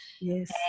Yes